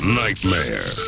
nightmare